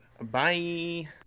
Bye